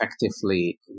effectively